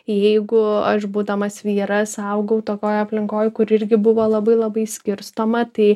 jeigu aš būdamas vyras augau tokioj aplinkoj kuri irgi buvo labai labai skirstoma tai